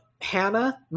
Hannah